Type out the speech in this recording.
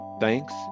thanks